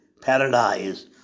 paradise